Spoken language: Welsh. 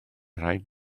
rhaid